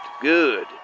good